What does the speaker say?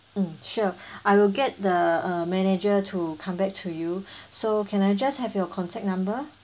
mm sure I will get the uh manager to come back to you so can I just have your contact number